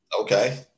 Okay